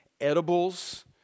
edibles